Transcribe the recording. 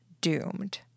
doomed